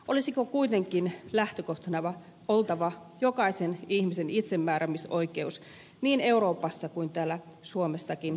olisiko kuitenkin lähtökohtana oltava jokaisen ihmisen itsemääräämisoikeus niin euroopassa kuin täällä suomessakin ihmisarvoa kunnioittaen